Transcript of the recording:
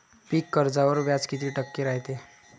पीक कर्जावर व्याज किती टक्के रायते?